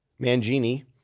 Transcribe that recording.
mangini